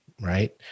right